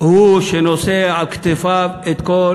הוא שנושא על כתפיו את כל